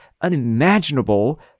unimaginable